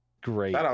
great